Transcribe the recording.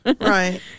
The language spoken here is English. right